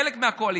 חלק מהקואליציה,